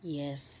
yes